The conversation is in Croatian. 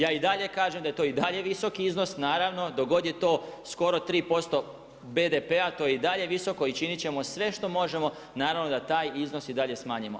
Ja i dalje kažem da je to i dalje visoki iznos, naravno, dok god je to skoro 3% BDP-a to je i dalje visoko i činiti ćemo sve što možemo, naravno da i taj iznos dalje smanjimo.